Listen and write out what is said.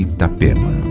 Itapema